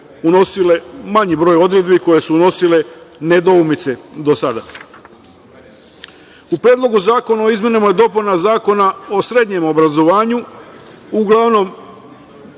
unosile, manji broj odredbi, koje su unosile nedoumice do sada.U Predlogu zakona o izmenama i dopunama Zakona o srednjem obrazovanju uglavnom